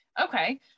Okay